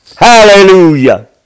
Hallelujah